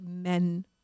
men